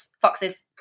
foxes